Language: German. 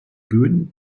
böden